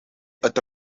het